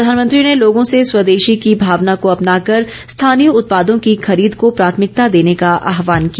प्रधानमंत्री ने लोगों से स्वदेशी की भावना को अपनाकर स्थानीय उत्पादों की खरीद को प्राथमिकता देने का आहवान किया